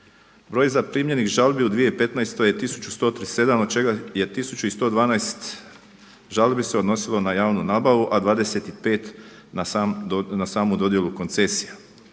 Broj zaprimljenih žalbi u 2015. je 1137 od čega je 112 žalbi se odnosilo na javnu nabavu a 25 na samu dodjelu koncesija.